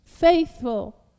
Faithful